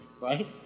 right